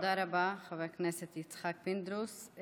תודה רבה, חבר הכנסת יצחק פינדרוס.